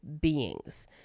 beings